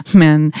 men